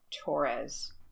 torres